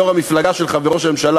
יושב-ראש המפלגה שלך וראש הממשלה,